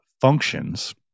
functions